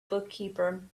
bookkeeper